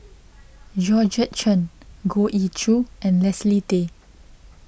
Georgette Chen Goh Ee Choo and Leslie Tay